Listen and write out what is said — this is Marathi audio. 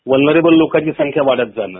व्हलनरेबल लोकांची संख्या वाढत जाणे